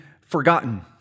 forgotten